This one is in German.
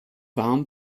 warm